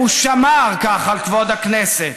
והוא שמר כך על כבוד הכנסת.